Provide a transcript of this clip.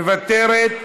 מוותרת,